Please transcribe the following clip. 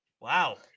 wow